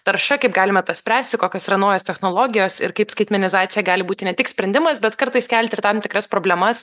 tarša kaip galime tą spręsti kokios yra naujos technologijos ir kaip skaitmenizacija gali būti ne tik sprendimas bet kartais kelti ir tam tikras problemas